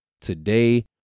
today